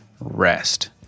rest